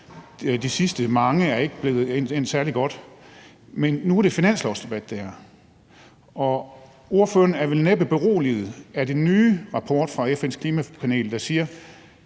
de sidste mange er ikke endt særlig godt, men nu er det her en finanslovsdebat, og ordføreren er vel næppe beroliget af den nye rapport fra FN's klimapanel, der siger,